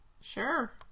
Sure